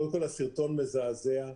קודם כל, הסרטון מזעזע.